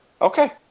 okay